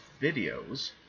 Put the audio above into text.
videos